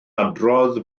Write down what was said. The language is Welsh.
adrodd